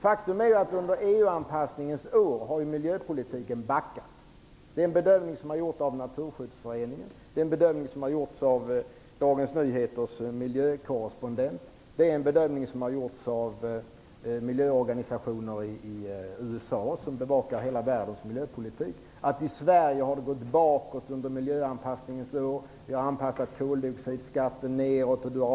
Faktum är att under de år EU-anpassningen pågått har miljöpolitiken backat. Naturskyddsföreningen, Dagens Nyheters miljökorrespondent och miljöorganisationer i USA som bevakar hela världens miljöpolitik har gjort bedömningen att i Sverige har miljöpolitiken gått bakåt under de år EU anpassningen har pågått. Koldioxidskatten har anpassats och sänkts.